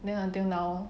then until now